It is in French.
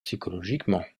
psychologiquement